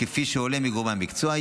כפי שעולה מגורמי המקצוע,